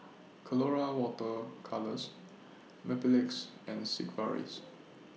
Colora Water Colours Mepilex and Sigvaris